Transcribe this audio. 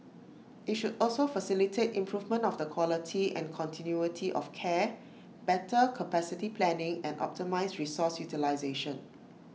IT should also facilitate improvement of the quality and continuity of care better capacity planning and optimise resource utilisation